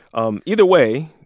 um either way,